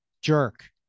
jerk